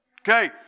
Okay